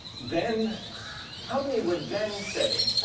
then how many would then say